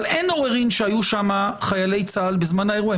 אבל אין עוררין שהיו שם חיילי צה"ל בזמן האירוע,